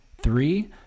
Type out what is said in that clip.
Three